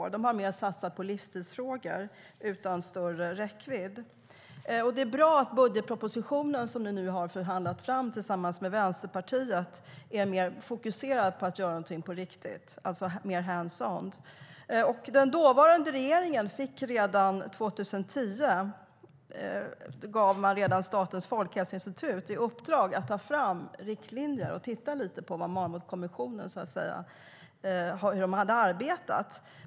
Man har mer satsat på livstidsfrågor utan större räckvidd. Det är bra att den budgetproposition som ni har förhandlat fram tillsammans med Vänsterpartiet är mer fokuserad på att man ska göra någonting på riktigt, alltså mer hands on. Den dåvarande regeringen gav redan 2010 Statens folkhälsoinstitut i uppdrag att ta fram riktlinjer och titta på hur Marmutkommissionen hade arbetat.